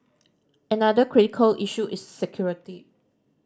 another critical issue is security